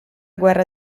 guerra